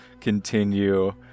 continue